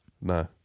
No